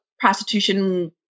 prostitution